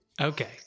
Okay